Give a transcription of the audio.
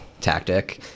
tactic